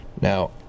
now